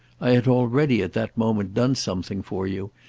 i had already at that moment done something for you,